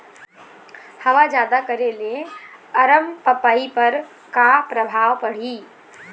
हवा जादा करे ले अरमपपई पर का परभाव पड़िही?